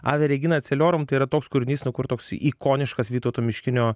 ave regina aceliorum tai yra toks kūrinys nu kur toks ikoniškas vytauto miškinio